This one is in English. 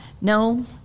no